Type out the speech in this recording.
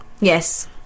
Yes